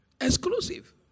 Exclusive